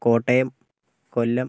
Kottayam Kollam